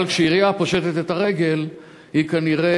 אבל כשעירייה פושטת את הרגל היא כנראה